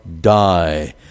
die